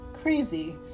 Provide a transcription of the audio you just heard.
crazy